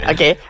Okay